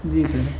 جی سر